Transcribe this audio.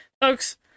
folks